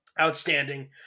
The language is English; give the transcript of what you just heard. outstanding